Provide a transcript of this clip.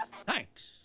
Thanks